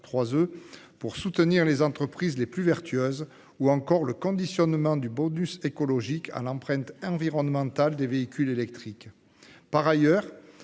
pour soutenir les entreprises les plus vertueuses, ou encore le conditionnement du bonus écologique à l'empreinte environnementale des véhicules électriques. Par ailleurs,